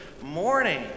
morning